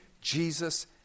Jesus